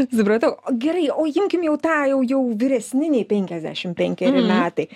supratau gerai o imkim jau tą jau jau vyresni nei penkiasdešimt penkeri metai